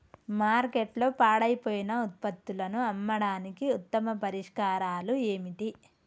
మార్కెట్లో పాడైపోయిన ఉత్పత్తులను అమ్మడానికి ఉత్తమ పరిష్కారాలు ఏమిటి?